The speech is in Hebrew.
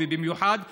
ובייחוד הריאיון,